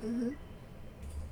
mmhmm